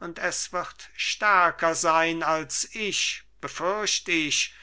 und es wird stärker sein als ich befürcht ich